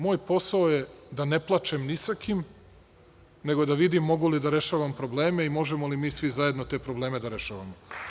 Moj posao je da ne plačem ni sa kim, nego da vidim mogu li da rešavam probleme i možemo li mi svi zajedno te probleme da rešavamo.